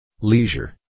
leisure